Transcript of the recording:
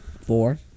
Four